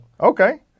Okay